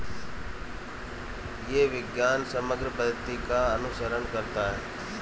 यह विज्ञान समग्र पद्धति का अनुसरण करता है